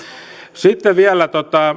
sitten vielä